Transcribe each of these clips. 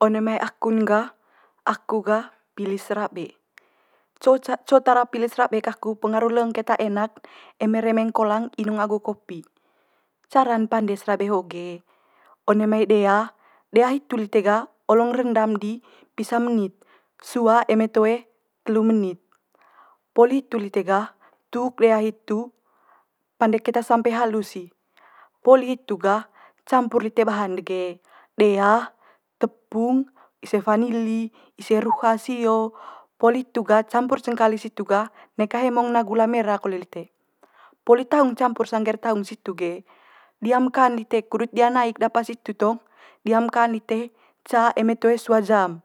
one mai aku'n gah, aku gah pili serabe. Co tara pili serabe kaku pengaru leng keta enak eme remeng kolang inung agu kopi. Cara'n pande serabe ho ge one mai dea, dea hitu lite gah olong rendam di pisa menit sua eme toe telu menit poli hitu lite gah tuk dea hitu pande keta sampe halus i. Poli hitu gah campur lite bahan de ge dea, tepung, ise vanili, ise ruha sio poli hitu gah campur cengkali situ gah neka hemong na'a gula mera kole lite. Poli taung campur sangge'r taung situ ge diamkan lite kudut dia naik de apa situ tong, diamkan lite ca eme toe sua jam.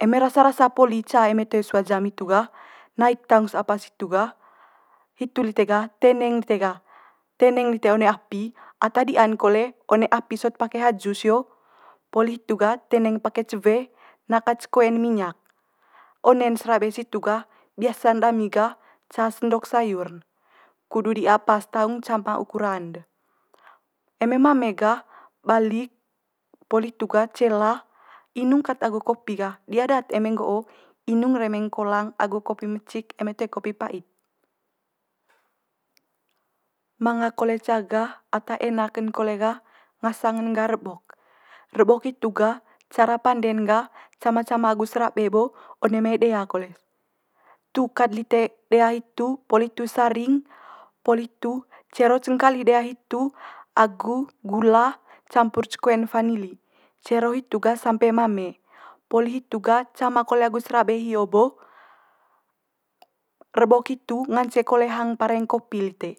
Eme rasa rasa poli ca eme toe sua jam hitu gah naik taung's apa situ gah, hitu lite gah teneng lite gah. Teneng lite one api, ata di'an kole one api sot pake haju sio poli hitu gah teneng pake cewe na kat ce koen minyak. One'n serabe situ gah, biasa'n dami gah ca sendok sayur'n kudu di'a pas taung cama ukuran de. Eme mame gah balik poli hitu gah cela, inung kat agu kopi gah. Dia daat eme nggo'o inung remeng kolang agu kopi mecik eme toe kopi pa'it. Manga kole ca gah ata enak'n kole gah ngasang'n gah rebok. Rebok hitu gah cara pande'n gah cama cama agu serabe bo one mai dea kole. Tuk kat lite dea hitu poli hitu saring poli hitu cero cengkali dea hitu agu gula campur ce koen vanili, cero hitu gah sampe mame. Poli hitu gah cama kole agu serabe hio bo rebok hitu ngance kole hang pareng kopi lite.